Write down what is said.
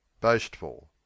boastful